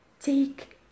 take